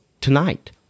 tonight